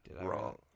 wrong